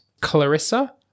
Clarissa